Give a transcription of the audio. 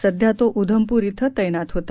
सध्या तो उधमपूर इथं तत्तित होता